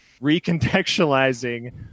recontextualizing